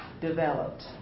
developed